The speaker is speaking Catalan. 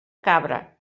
cabra